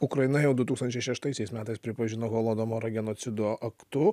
ukraina jau du tūkstančiai šeštaisiais metais pripažino holodomorą genocido aktu